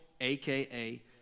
AKA